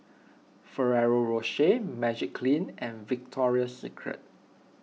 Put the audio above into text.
Ferrero Rocher Magiclean and Victoria Secret